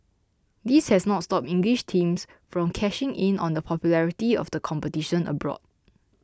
this has not stopped English teams from cashing in on the popularity of the competition abroad